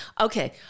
Okay